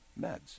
meds